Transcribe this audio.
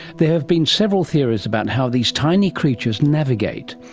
there have been several theories about how these tiny creatures navigate,